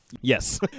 Yes